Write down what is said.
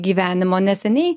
gyvenimo neseniai